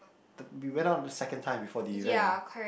uh t~ we went out the second time before the event